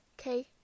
okay